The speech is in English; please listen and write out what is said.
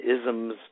isms